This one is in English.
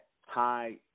high